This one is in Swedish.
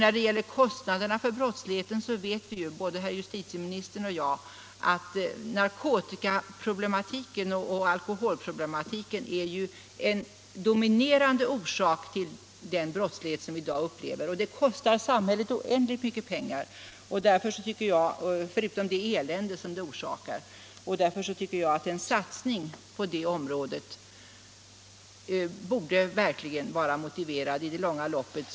När det gäller kostnaderna för brottsligheten vet både justitieministern och jag att narkotikaoch alkoholproblematiken är en dominerande orsak till den brottslighet som vi i dag upplever. Den kostar oändligt mycket pengar och ställer till mycket elände i samhället. Därför tycker jag att en satsning på det området verkligen borde vara motiverad i det långa loppet.